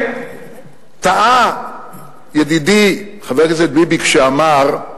טעה ידידי חבר הכנסת ביבי כשאמר: